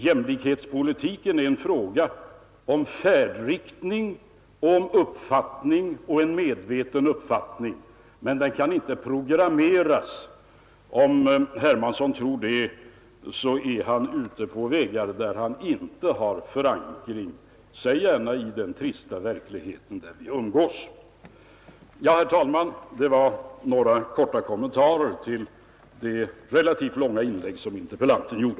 Jämlikhetspolitiken är en fråga om färdriktning och om en medveten uppfattning, men den kan inte programmeras. Om herr Hermansson tror det så är han ute på vägar där han inte har förankring, säg gärna i den trista verkligheten där vi umgås. Herr talman! Det var några korta kommentarer till det relativt långa inlägg som interpellanten gjorde.